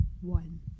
one